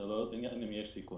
זה לא עניין אם יש סיכון,